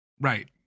right